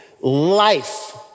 Life